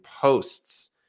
posts